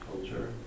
culture